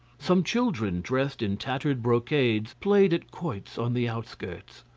some children dressed in tattered brocades played at quoits on the outskirts.